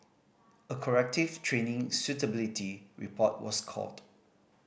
a corrective training suitability report was called